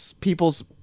people's